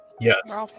Yes